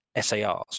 SARs